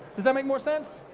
does that make more sense?